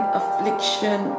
affliction